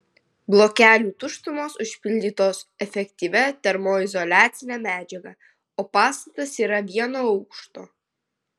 blokelių tuštumos užpildytos efektyvia termoizoliacine medžiaga o pastatas yra vieno aukšto